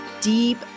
deep